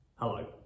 Hello